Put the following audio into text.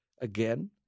again